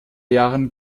jahren